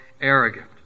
arrogant